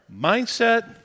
mindset